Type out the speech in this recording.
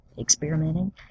experimenting